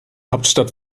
hauptstadt